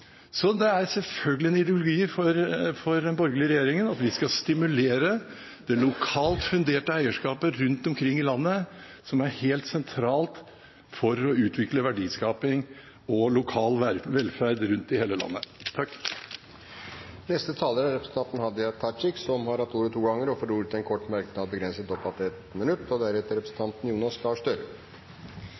Det er selvfølgelig ideologi for den borgerlige regjeringen at vi skal stimulere det lokalt funderte eierskapet rundt omkring i landet, som er helt sentralt for å utvikle verdiskaping og lokal velferd rundt i hele landet. Representanten Hadia Tajik har hatt ordet to ganger tidligere og får ordet til en kort merknad, begrenset til 1 minutt. Eg skal vera veldig kort. Representanten